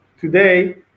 Today